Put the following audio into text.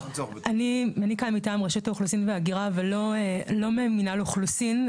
אני כאן מטעם רשות האוכלוסין וההגירה ולא מינהל אוכלוסין,